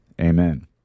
amen